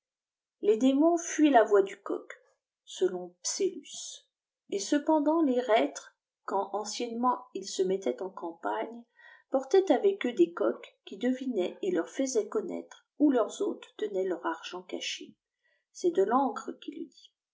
les démons fuient la voix du coq selon psellus et cependant çs reîti'es quand anciennement ils se mettaient en campagne portaient avec eux des coqs qui devinaient et leur faisaient connaître où leurs hôtes tenaient leur argent caché c'est de lapera qui le dit